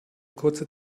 kurze